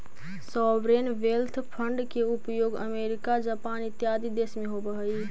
sovereign wealth fund के उपयोग America Japan इत्यादि देश में होवऽ हई